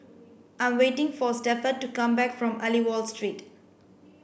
I'm waiting for Stafford to come back from Aliwal Street